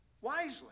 wisely